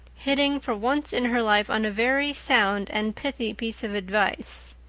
hitting for once in her life on a very sound and pithy piece of advice.